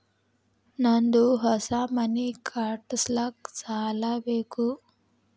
ನಂದು ಹೊಸ ಮನಿ ಕಟ್ಸಾಕ್ ಸಾಲ ಬೇಕು